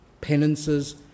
penances